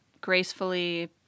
gracefully